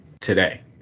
today